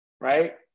right